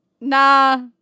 Nah